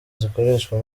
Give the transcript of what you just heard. zikoreshwa